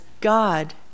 God